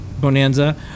Bonanza